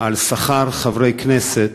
על שכר חברי הכנסת,